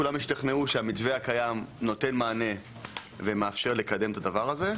כולם השתכנעו שהמתווה הקיים נותן מענה ומאפשר לקדם את הדבר הזה.